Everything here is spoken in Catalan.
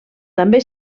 també